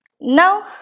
Now